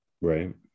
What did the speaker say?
right